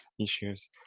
issues